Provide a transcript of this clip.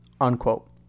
unquote